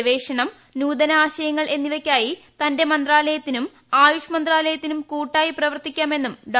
ഗവേഷണം നൂതന ആശയങ്ങൾ എന്നിവയ്ക്കായി തന്റെ മന്ത്രാലയത്തിനും ആയുഷ് മന്ത്രാലയത്തിനും കൂട്ടായി പ്രവർത്തിക്കാമെന്നും ഡോ